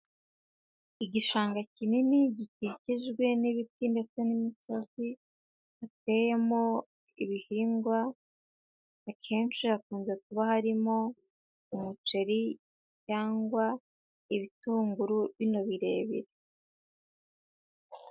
Igishanga kinini gikikijwe n'ibiti ndetse n'imisozi hateyemo ibihingwa, akenshi hakunze kuba harimo umuceri cyangwa ibitunguru bino birebire.